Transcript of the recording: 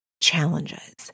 challenges